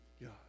God